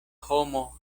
homo